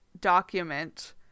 document